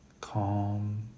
calm